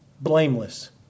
Blameless